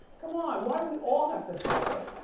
come on, why do we all have to suffer?